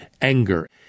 anger